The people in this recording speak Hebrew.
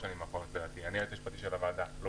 תקופת היותי היועץ המשפטי של הוועדה האמורה,